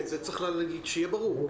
צריך שזה יהיה ברור.